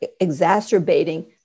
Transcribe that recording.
exacerbating